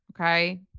okay